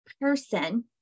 person